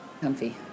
Comfy